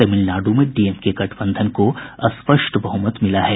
तमिलनाडु में डीएमके गठबंधन को स्पष्ट बहुमत मिला है